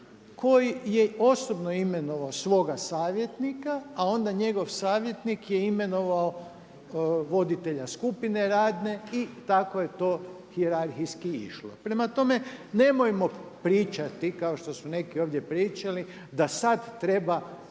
koji je osobno imenovao svoga savjetnika, a onda njegov savjetnik je imenovao voditelja radne skupine i tako je to hijerarhijski išlo. Prema tome, nemojmo pričati kao što su neki ovdje pričali da sada treba